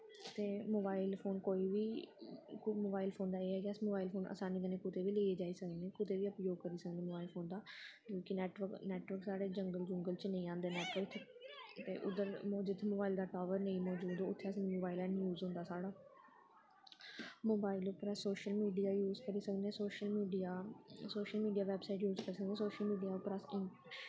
ते mobile phone कोई बी मोबाइल फोना दा एह् ऐ कि अस मोबाइल फोन कुतै बी असानी कन्नै लेइयै जाई सकने कुतै बी उपयोग करी सकने मोबाइल फोन दा क्योंकि नैटवर्क नैटवर्क साढ़े जंगल जुंगल च नेईं आंदे नैटवर्क ते उद्धर जित्थें मोबाइल दा टावर नेईं मजूद उत्थें अस मोबाइल हैनी यूज़ होंदा साढ़ा मोबाइ ल उप्पर अस सोशल मीडिया यूज़ करी सकने social media social media website use करी सकनें सोशल मीडिया उप्पर अस